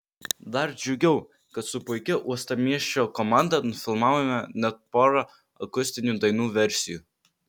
dar džiugiau kad su puikia uostamiesčio komanda nufilmavome net porą akustinių dainų versijų